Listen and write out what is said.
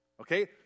Okay